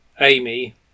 Amy